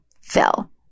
fell